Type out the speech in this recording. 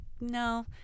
no